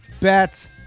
bets